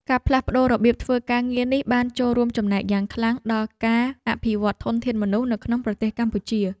ការផ្លាស់ប្តូររបៀបធ្វើការងារនេះបានរួមចំណែកយ៉ាងខ្លាំងដល់ការអភិវឌ្ឍធនធានមនុស្សនៅក្នុងប្រទេសកម្ពុជា។